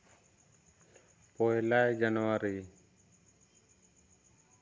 ᱯᱚᱭᱞᱟᱭ ᱡᱟᱱᱣᱟᱨᱤ